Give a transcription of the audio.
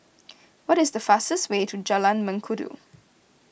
what is the fastest way to Jalan Mengkudu